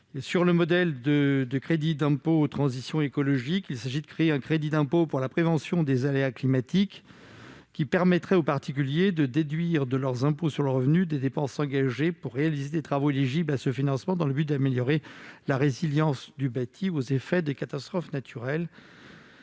sur le modèle du crédit d'impôt pour la transition énergétique (CITE), un crédit d'impôt pour la prévention des aléas climatiques (Cipac). Cela permettrait aux particuliers de déduire de leur impôt sur le revenu les dépenses engagées pour réaliser des travaux éligibles à ce financement, dans le but d'améliorer la résilience du bâti aux effets des catastrophes naturelles.